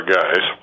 guys